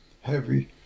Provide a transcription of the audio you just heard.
heavy